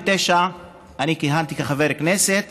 כיהנתי כחבר כנסת